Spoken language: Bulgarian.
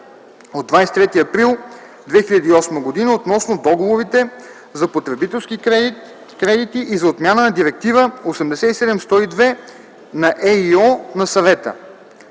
от 23 април 2008 г. относно договорите за потребителски кредити и за отмяна на Директива 87/102/ЕИО на Съвета.